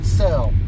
sell